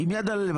עם יד על הלב,